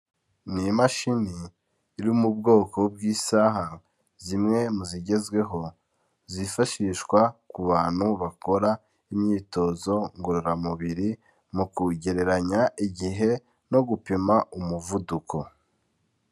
Ni imashini iri mu bwoko bw'isaha zimwe mu zigezweho, zifashishwa ku bantu bakora imyitozo ngororamubiri mu kugereranya igihe no gupima umuvuduko.